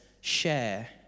share